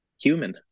human